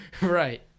Right